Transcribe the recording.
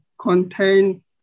contain